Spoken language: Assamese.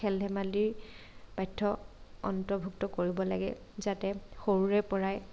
খেল ধেমালিৰ পাঠ্য অন্তৰ্ভুক্ত কৰিব লাগে যাতে সৰুৰে পৰাই